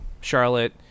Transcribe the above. Charlotte